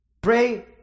pray